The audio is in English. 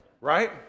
Right